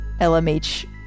LMH